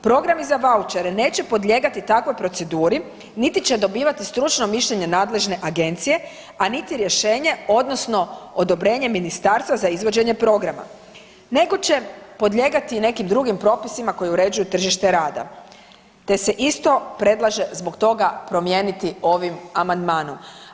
Programi za vaučere neće podlijegati takvoj proceduri, niti će dobivati stručno mišljenje nadležne agencije, a niti rješenje odnosno odobrenje ministarstva za izvođenje programa nego će podlijegati nekim drugim propisima koji uređuju tržište rada te se isto predlaže zbog toga promijeniti ovim amandmanom.